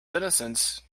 innocence